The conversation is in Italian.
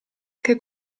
che